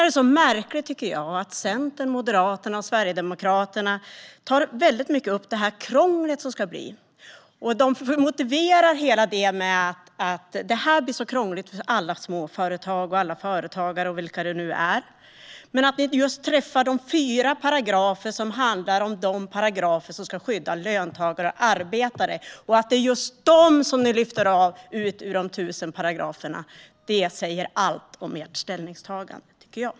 Det är märkligt att Centern, Moderaterna och Sverigedemokraterna i hög grad tar upp det krångel detta kommer att innebära. Ni motiverar det med att detta blir så krångligt för alla småföretag, alla företagare och vilka det nu är. Men ni träffar just de fyra paragrafer som ska handla om att skydda löntagare och arbetare. Det är just dessa ni lyfter ut ur de tusen paragraferna, och det säger allt om ert ställningstagande.